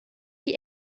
die